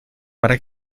para